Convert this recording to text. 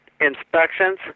inspections